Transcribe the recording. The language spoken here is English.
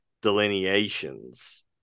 delineations